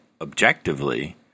objectively